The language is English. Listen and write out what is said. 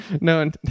No